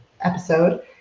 episode